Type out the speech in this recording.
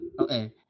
Okay